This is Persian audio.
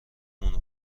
مونه